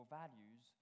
values